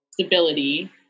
stability